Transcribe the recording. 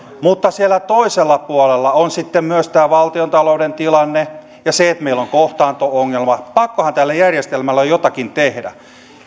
mutta siellä toisella puolella on sitten myös tämä valtiontalouden tilanne ja se että meillä on kohtaanto ongelma pakkohan tälle järjestelmälle on jotakin tehdä